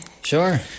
sure